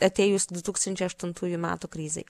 atėjus du tūkstančiai aštuntųjų metų krizei